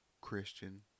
Christian